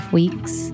weeks